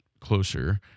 closer